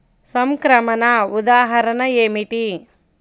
సంక్రమణ ఉదాహరణ ఏమిటి?